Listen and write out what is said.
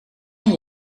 aan